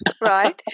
right